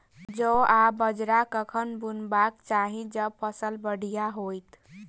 जौ आ बाजरा कखन बुनबाक चाहि जँ फसल बढ़िया होइत?